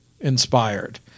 inspired